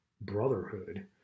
brotherhood